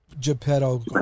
Geppetto